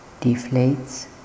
deflates